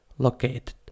located